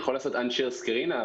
התחלנו בפאלו אלטו בקליפורניה.